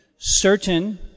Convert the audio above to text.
certain